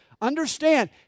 understand